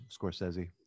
Scorsese